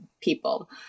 people